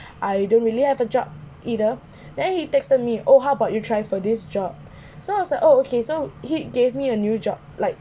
I don't really have a job either then he texted me oh how about you try for this job so I was like oh okay so he gave me a new job like